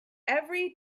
every